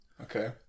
Okay